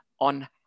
on